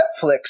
Netflix